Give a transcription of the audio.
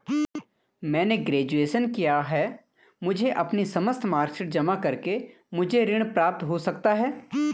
मैंने ग्रेजुएशन किया है मुझे अपनी समस्त मार्कशीट जमा करके मुझे ऋण प्राप्त हो सकता है?